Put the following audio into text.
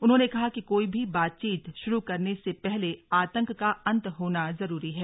उन्होंने कहा कि कोई भी बातचीत शुरू करने से पहले आतंक का अंत होना जरूरी है